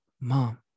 mom